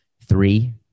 Three